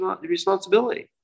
responsibility